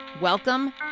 Welcome